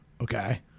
okay